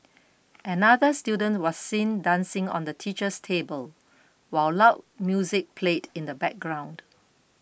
another student was seen dancing on the teacher's table while loud music played in the background